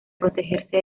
protegerse